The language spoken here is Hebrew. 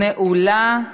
נעולה.